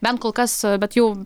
bent kol kas bet jau